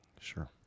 Sure